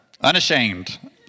Unashamed